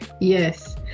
Yes